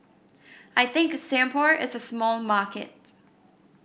I think Singapore is a small market